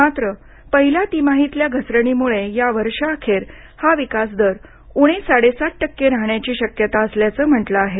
मात्र पहिल्या तिमाहीतल्या घसरणीमुळे या वर्षाअखेर मात्र हा विकास दर उणे साडेसात टक्के राहाण्याची शक्यता असल्याचं म्हटलं आहे